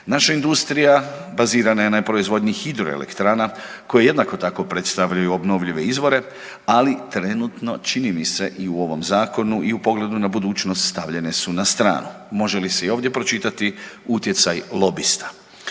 Naša industrija bazirana je na proizvodnji hidroelektrana koje jednako tako predstavljaju obnovljive izvore ali trenutno čini mi se i u ovom zakonu i u pogledu na budućnost stavljene su na stranu. Može li se i ovdje pročitati utjecaj lobista?